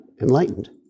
enlightened